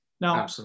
Now